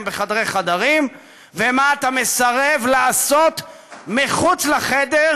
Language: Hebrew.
בחדרי-חדרים ומה אתה מסרב לעשות מחוץ לחדר,